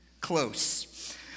close